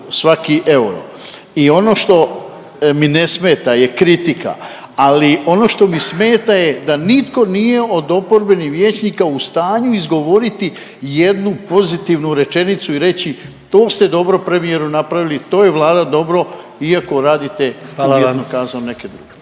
I ono što mi ne smeta je kritika, ali ono što mi smeta je da nitko nije od oporbenih vijećnika u stanju izgovoriti jednu pozitivnu rečenicu i reći to ste dobro premijeru napravili, to je Vlada dobro iako radite …/Upadica